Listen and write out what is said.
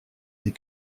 des